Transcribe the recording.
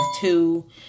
two